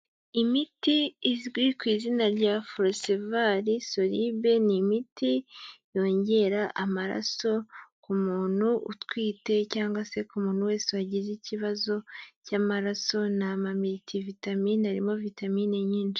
Imiti izwi ku izina rya Forceval Soluble, ni imiti yongera amaraso ku muntu utwite cyangwa se ku muntu wese wagize ikibazo cy'amaraso ni amamitivitamine arimo vitamine nyinshi.